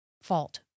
fault